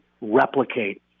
replicate